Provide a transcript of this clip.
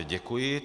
Děkuji.